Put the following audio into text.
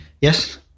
Yes